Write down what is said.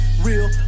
real